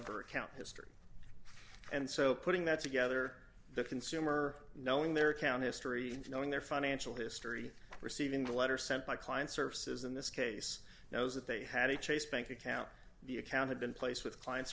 her account history and so putting that together the consumer knowing their account history and knowing their financial history receiving a letter sent by client services in this case now that they had a chase bank account the account had been placed with client